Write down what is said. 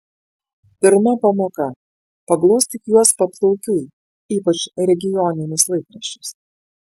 pirma pamoka paglostyk juos paplaukiui ypač regioninius laikraščius